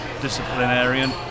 disciplinarian